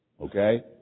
Okay